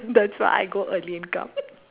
that's why I go early and come